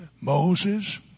Moses